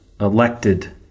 elected